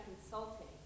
consulting